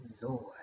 Lord